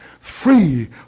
free